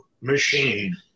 machine